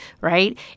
right